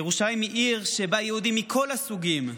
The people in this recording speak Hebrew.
ירושלים היא עיר שבה יהודים מכל הסוגים,